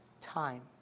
time